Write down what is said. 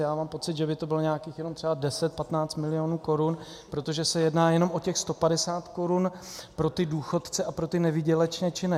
Já mám pocit, že by to bylo nějakých jenom třeba deset, patnáct milionů korun, protože se jedná jenom o těch 150 korun pro ty důchodce a pro ty nevýdělečně činné.